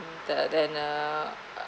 the then uh